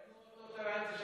קנו אוטו טרנטה של